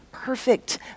perfect